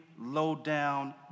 low-down